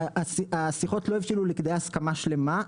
השיחות לא הבשילו לכדי הסכמה שלמה,